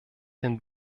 den